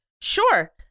Sure